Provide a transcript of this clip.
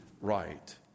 Right